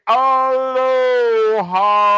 aloha